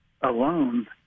alone